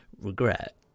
regret